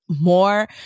more